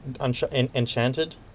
Enchanted